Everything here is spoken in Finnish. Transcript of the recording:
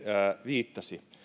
viittasi